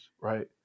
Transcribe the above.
Right